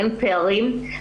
אין פערים.